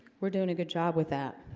we're doing a good job with that